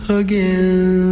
again